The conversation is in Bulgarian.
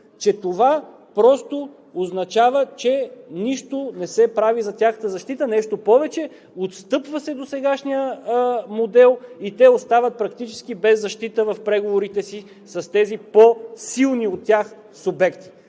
че това просто означава, че нищо не се прави за тяхната защита. Нещо повече – отстъпва се досегашният модел, и те практически остават без защита в преговорите си с тези по-силни от тях субекти.